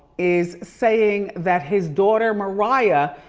is saying that his daughter, mariah,